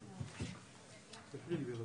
בבקשה.